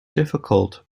difficult